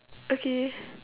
okay